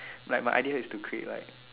like my idea is to create like